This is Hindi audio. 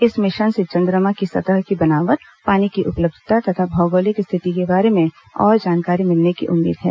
इस मिशन से चन्द्रमा की सतह की बनावट पानी की उपलब्धता तथा भौगोलिक स्थिति के बारे में और जानकारी मिलने की उम्मीद है